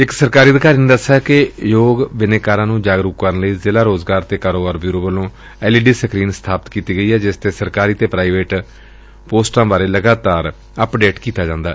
ਇਕ ਸਰਕਾਰੀ ਅਧਿਕਾਰੀ ਨੇ ਦੱਸਿਆ ਕਿ ਯੋਗ ਬਿਨੇਕਾਰਾਂ ਨੂੰ ਜਾਗਰੂਕ ਕਰਨ ਲਈ ਜ਼ਿਲ੍ਹਾ ਰੋਜ਼ਗਾਰ ਤੇ ਕਾਰੋਬਾਰ ਬਿਓਰੋ ਵਿਖੇ ਐਲਈਡੀ ਸਕਰੀਨ ਸਬਾਪਤ ਕੀਤੀ ਗਈ ਏ ਜਿਸ ਤੇ ਸਰਕਾਰੀ ਅਤੇ ਪ੍ਾਈਵੇਟ ਅਸਾਮੀਆਂ ਬਾਰੇ ਲਗਾਤਾਰ ਅਪਡੇਟ ਕੀਤਾ ਜਾਂਦੈ